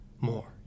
more